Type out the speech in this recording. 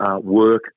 work